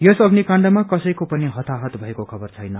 यस अभिन काण्डमा कर्तको पनि हताहत भएको खबर छैन